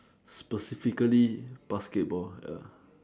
specifically basketball ya